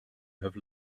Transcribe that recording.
have